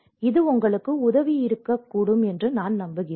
இது உங்களுக்கு உதவியாக இருக்கும் என்று நம்புகிறேன்